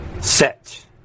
Set